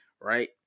right